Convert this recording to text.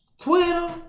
Twitter